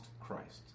Christ